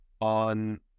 on